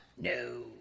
No